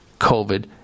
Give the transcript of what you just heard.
COVID